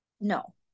no